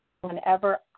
Whenever